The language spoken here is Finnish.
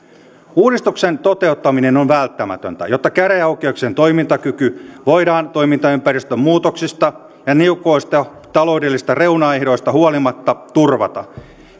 uudistuksen toteuttaminen on välttämätöntä jotta käräjäoikeuksien toimintakyky voidaan toimintaympäristön muutoksista ja niukoista taloudellisista reunaehdoista huolimatta turvata